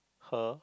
her